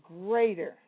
greater